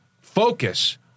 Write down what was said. focus